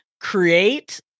create